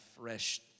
fresh